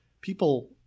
people